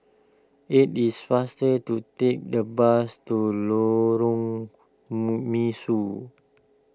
it is faster to take the bus to Lorong Mesu